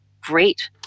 great